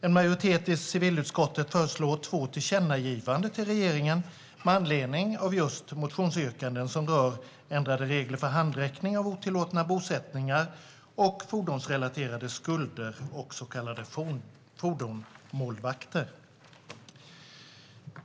En majoritet i civilutskottet föreslår två tillkännagivanden till regeringen med anledning av motionsyrkanden som rör ändrade regler för handräckning vid otillåtna bosättningar samt fordonsrelaterade skulder och fordonsmålvakter.